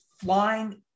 flying